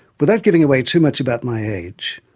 without giving away too much about my age,